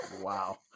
Wow